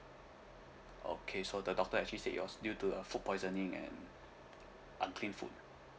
okay so the doctor actually said it was due to a food poisoning and unclean food